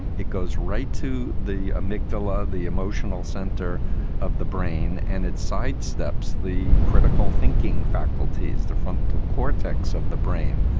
it goes right to the amygdala, the emotional center of the brain. and it sidesteps the critical thinking faculties, the frontal cortex of the brain.